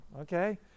okay